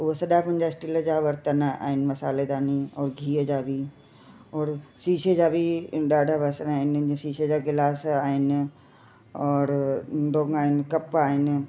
उहे सॼा मुंहिंजा स्टील जा बर्तन आहिनि मसालेदानी और गिह जा बि और शीशे जा बि ॾाढा ॿासण आहिनि शीशे जा गिलास आहिनि और डोंगा आहिनि कप आहिनि